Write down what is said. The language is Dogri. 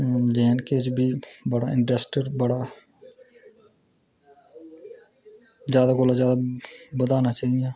जेएंडके बिच बी इंडस्ट्री जेह्ड़ा बड़ा जादै कोला जादै बधाना चाही दियां